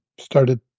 started